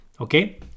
Okay